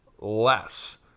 less